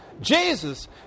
Jesus